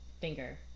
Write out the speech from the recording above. finger